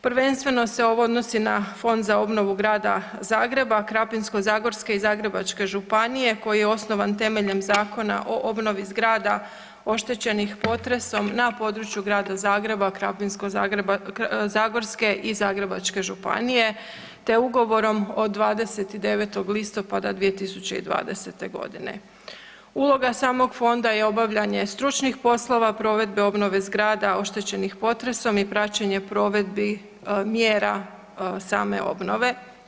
Prvenstveno se ovo odnosi na Fond za obnovu Grada Zagreba, Krapinsko-zagorske i Zagrebačke županije koji je osnovan temeljem Zakona o obnovi zgrada oštećenih potresom na području Grada Zagreba, Krapinsko-zagorske i Zagrebačke županije, te ugovorom od 29. listopada 2020.g. Uloga samog fonda je obavljanje stručnih poslova provedbe obnove zgrada oštećenih potresom i praćenje provedbi mjera same obnove.